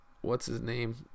what's-his-name